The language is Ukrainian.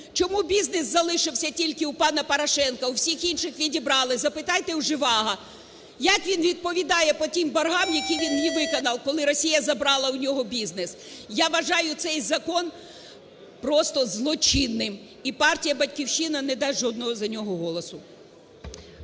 чому бізнес залишився тільки у пана Порошенка, у всіх інших відібрали. Запитайте у Жеваго, як він відповідає по тим боргам, які він не виконав, коли Росія забрала у нього бізнес. Я вважаю цей закон просто злочинним, і партія "Батьківщина" не дасть жодного за нього голосу.